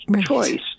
choice